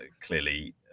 clearly